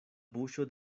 buŝo